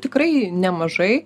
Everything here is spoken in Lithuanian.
tikrai nemažai